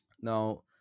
Now